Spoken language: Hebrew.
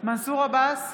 מנסור עבאס,